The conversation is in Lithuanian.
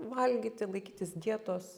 valgyti laikytis dietos